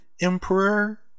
emperor